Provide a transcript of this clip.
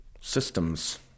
systems